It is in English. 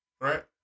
Right